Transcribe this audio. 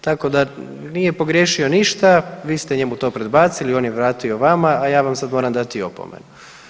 Tako da nije pogriješio ništa, vi ste njemu to predbacili, on je vratio vama, a ja vam sad moram dati opomenu.